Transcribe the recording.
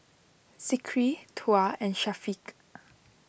Zikri Tuah and Syafiq